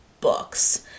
books